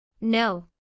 No